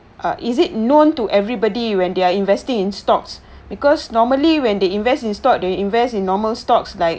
uh is it known to everybody when they are investing in stocks because normally when they invest in stock they will invest in normal stocks like